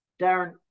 Darren